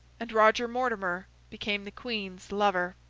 and roger mortimer became the queen's lover.